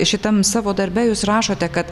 šitam savo darbe jūs rašote kad